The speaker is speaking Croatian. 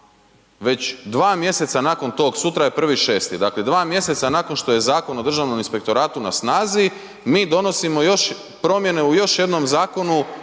već 2 mj. nakon tog, sura je 1.6., dakle 2 mj. nakon što je Zakon o Državnom inspektoratu na snazi, mi donosimo promjene u još jednom zakonu